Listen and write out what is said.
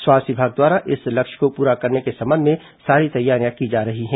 स्वास्थ्य विभाग द्वारा इस लक्ष्य को पूरा करने के संबंध में सारी तैयारियां की जा रही हैं